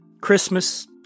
Christmas